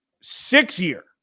Six-year